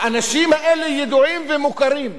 האנשים האלה ידועים ומוכרים,